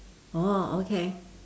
oh okay